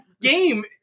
game